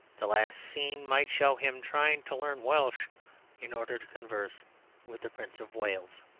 the last scene might show him trying to learn welsh in order to converse with the prince of wales.